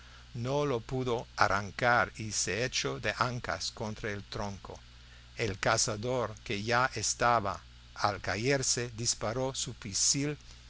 no lo pudo arrancar y se echó de ancas contra el tronco el cazador que ya estaba al caerse disparó su